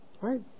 right